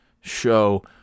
show